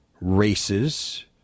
races